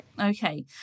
Okay